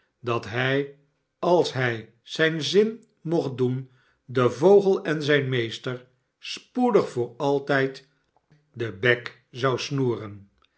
dat hij als hij zijn zin mocht doen r den vogel en zijn meester spoedig voor altijd den bek zou snoeren